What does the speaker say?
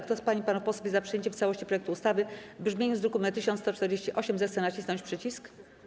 Kto z pań i panów posłów jest za przyjęciem w całości projektu ustawy w brzmieniu z druku nr 1148, zechce nacisnąć przycisk.